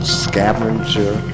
scavenger